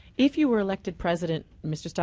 if you were elected president, mr. steyer,